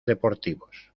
deportivos